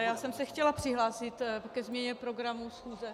Já jsem se chtěla přihlásit ke změně programu schůze.